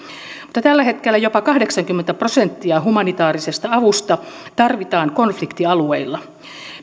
tällä hetkellä jopa kahdeksankymmentä prosenttia humanitaarisesta avusta tarvitaan konfliktialueilla